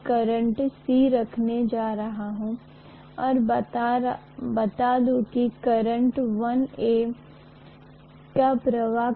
मैं वास्तव में ऐसा नहीं कर रहा हूं और हम कह रहे हैं कि जब आप दोनों एक दूसरे के सीधे आनुपातिक होते हैं तो आनुपातिकता μ के निरंतर होती है